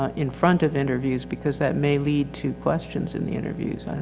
ah in front of interviews because that may lead to questions in the interviews. i